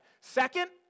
Second